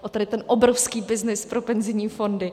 O tady ten obrovský byznys pro penzijní fondy.